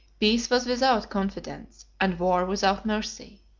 peace was without confidence, and war without mercy.